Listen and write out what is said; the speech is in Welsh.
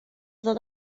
ddod